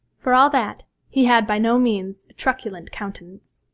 for all that, he had by no means a truculent countenance.